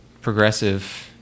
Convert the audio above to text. Progressive